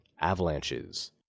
avalanches